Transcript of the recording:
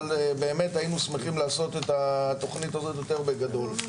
אבל באמת היינו שמחים לעשות את התכנית הזאת יותר בגדול.